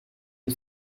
une